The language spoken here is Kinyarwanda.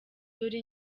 dore